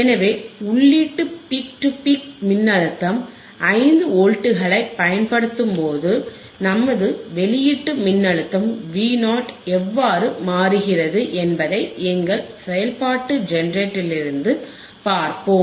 எனவே உள்ளீட்டு peak to peak மின்னழுத்தம் 5 வோல்ட்களைப் பயன்படுத்தும்போது நமது வெளியீட்டு மின்னழுத்தம் Vo எவ்வாறு மாறுகிறது என்பதைப் எங்கள் செயல்பாட்டு ஜெனரேட்டரிலிருந்து பார்ப்போம்